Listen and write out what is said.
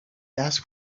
ask